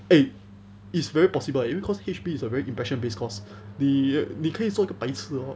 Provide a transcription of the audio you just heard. eh it's very possible leh because H_P is a very impression base course the 你可以做个白痴哦